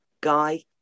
guy